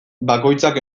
bakoitzak